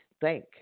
thank